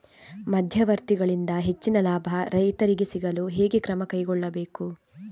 ಮಧ್ಯವರ್ತಿಗಳಿಂದ ಹೆಚ್ಚಿನ ಲಾಭ ರೈತರಿಗೆ ಸಿಗಲು ಹೇಗೆ ಕ್ರಮ ಕೈಗೊಳ್ಳಬೇಕು?